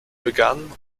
begann